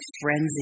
frenzy